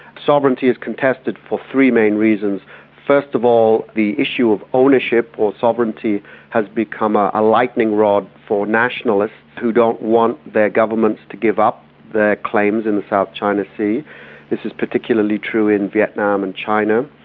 sovereignty is contested for three main reasons first of all, the issue of ownership or sovereignty has become a lightening rod for nationalists who don't want their governments to give up their claims in the south china sea this is particularly true in vietnam and china.